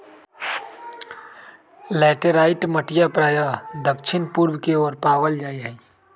laterite मटिया प्रायः दक्षिण पूर्व के ओर पावल जाहई